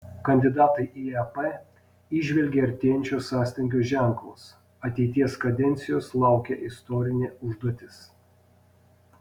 kandidatai į ep įžvelgė artėjančio sąstingio ženklus ateities kadencijos laukia istorinė užduotis